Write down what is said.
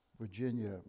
Virginia